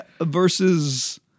versus